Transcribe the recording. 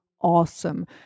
awesome